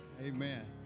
Amen